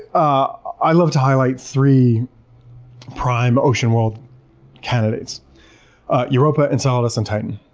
i love to highlight three prime ocean world candidates europa, enceladus and titan.